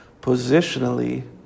positionally